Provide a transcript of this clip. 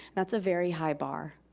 that's a very high bar.